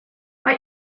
mae